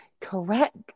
Correct